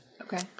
Okay